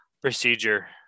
procedure